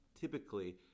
typically